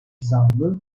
zanlı